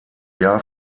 jahr